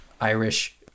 Irish